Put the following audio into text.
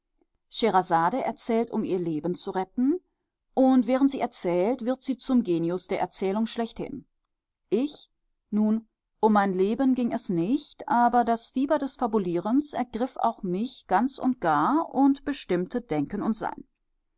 um ihr leben zu retten und während sie erzählt wird sie zum genius der erzählung schlechthin ich nun um mein leben ging es nicht aber das fieber des fabulierens ergriff auch mich ganz und gar und bestimmte denken und sein